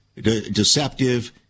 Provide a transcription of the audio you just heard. deceptive